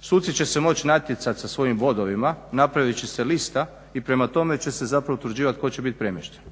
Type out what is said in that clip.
suci će se moći natjecati sa svojim vodovima, napravit će se lista i prema tome će se zapravo utvrđivati tko će biti premješten.